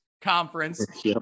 conference